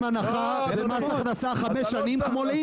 הנחה במס הכנסה חמש שנים כמו לאינטל.